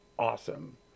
Awesome